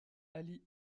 ali